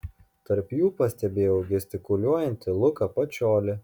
tarp jų pastebėjau gestikuliuojantį luką pačiolį